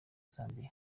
zambia